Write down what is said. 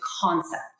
concept